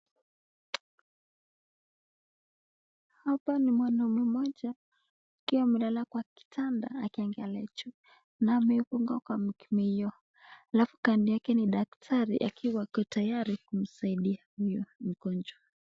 Hapa ni mwanaume mmoja akiwa amelala kwa kitanda akiangalia juu na amefungwa kwa mkimiyo alafu kando yake ni daktari akiwa ako tayari kumsaidia huyo mgonjwa.